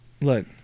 look